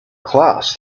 class